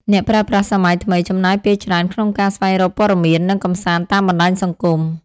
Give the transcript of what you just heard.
អ្នកប្រើប្រាស់សម័យថ្មីចំណាយពេលច្រើនក្នុងការស្វែងរកព័ត៌មាន និងកម្សាន្តតាមបណ្ដាញសង្គម។